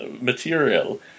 material